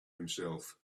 himself